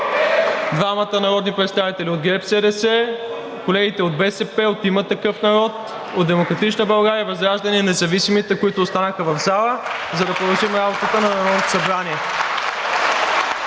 двамата народни представители от ГЕРБ-СДС, колегите от БСП, от „Има такъв народ“, от „Демократична България“, от ВЪЗРАЖДАНЕ и независимите, които останаха в залата, за да продължим работата на Народното събрание.